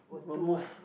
will move